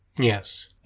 Yes